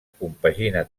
compagina